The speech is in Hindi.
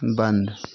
बंद